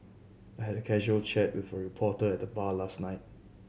I had a casual chat with a reporter at the bar last night